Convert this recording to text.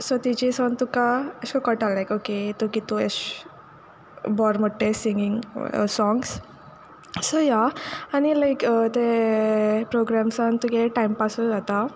so तेजीसोन तुका एशे कोन्न कोयटा लायक ओके तूं कितूं एशें बोरें म्हुणटाय तें सिंगींग साँग्स सो या आनी लायक तें प्रोग्राम्सा तुगे टायमपासूय जाता